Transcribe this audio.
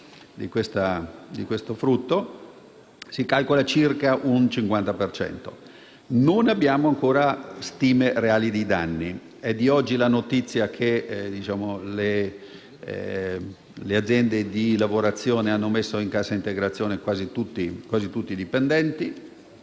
circa una perdita del 50 per cento. Non abbiamo ancora le stime reali dei danni. È di oggi la notizia che le aziende di lavorazione hanno messo in cassa integrazione quasi tutti i dipendenti.